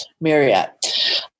Marriott